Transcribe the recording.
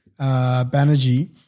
Banerjee